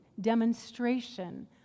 demonstration